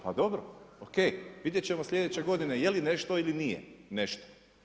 Pa dobro, ok, vidjet ćemo slijedeće godine je li nešto ili nije nešto.